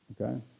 Okay